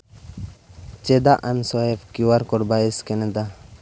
ᱪᱮᱫᱟᱜ ᱮᱢ swipe Q R code by scan ᱮᱫᱟ